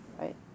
right